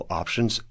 options